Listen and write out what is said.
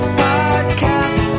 podcast